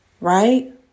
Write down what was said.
Right